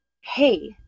hey